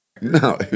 no